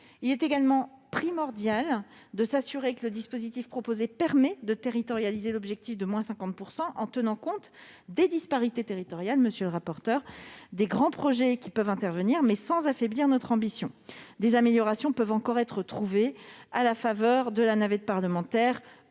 Il est également primordial de s'assurer que le dispositif proposé permette de territorialiser l'objectif d'une baisse de 50 % en tenant compte, monsieur le rapporteur pour avis, des disparités territoriales des grands projets qui peuvent intervenir, mais sans affaiblir notre ambition. Des améliorations peuvent encore être trouvées à la faveur de la navette parlementaire